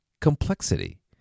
complexity